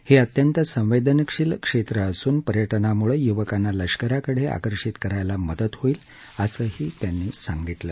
हे अत्यंत संवेदनशील क्षेत्र असून पर्यटनामुळे युवकांना लष्कराकडे आकर्षित करायला मदत होईल असंही सिंग यांनी सांगितलं